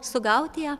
sugauti ją